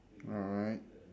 alright